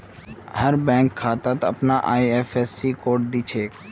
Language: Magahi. हर बैंक खातात अपनार आई.एफ.एस.सी कोड दि छे